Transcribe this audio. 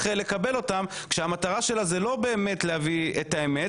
לקבל אותם כאשר המטרה שלה היא לא באמת להביא את האמת